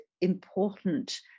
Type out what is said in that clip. important